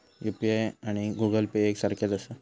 UPI आणि Google Pay एक सारख्याच आसा?